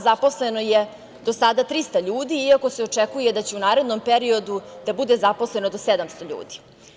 Zaposleno je do sada 300 ljudi, iako se očekuje da će u narednom periodu da bude zaposleno do 700 ljudi.